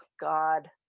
God